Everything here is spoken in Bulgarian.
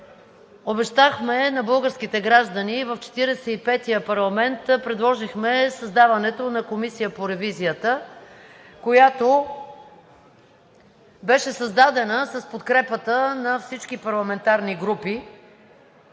Обещахме на българските граждани в 45-ия парламент предложихме създаването на Комисия по ревизията, която беше създадена с подкрепата на всички парламентарни групи